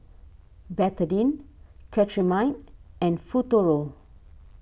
Betadine Cetrimide and Futuro